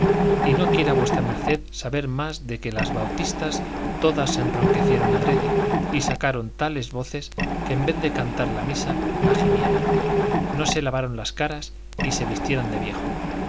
y no quiera v md saber más de que las bautistas todas enronquecieron adrede y sacaron tales voces que en vez de cantar la misa la gimieron no se lavaron las caras y se vistieron de viejo